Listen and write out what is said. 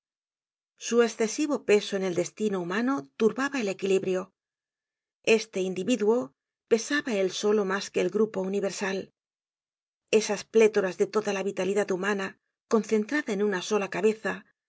su escesivo peso en el destino humano turbaba el equilibrio este individuo pesaba él solo mas que el grupo universal esas plétoras de toda la vitalidad humana concentrada en una sola cabeza